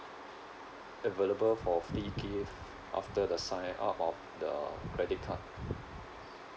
available for free gift after the signup of the credit card